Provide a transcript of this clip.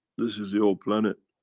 this is your planet,